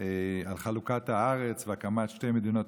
על חלוקת הארץ והקמת שתי מדינות,